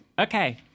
Okay